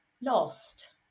lost